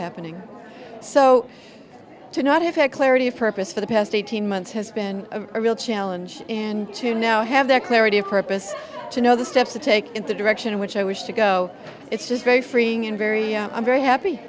happening so to not have had clarity of purpose for the past eighteen months has been a real challenge and to now have that clarity of purpose to know the steps to take in the direction in which i wish to go it's just very freeing and very i'm very happy